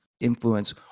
influence